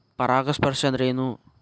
ಪರಾಗಸ್ಪರ್ಶ ಅಂದರೇನು?